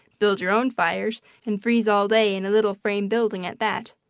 build your own fires, and freeze all day in a little frame building at that.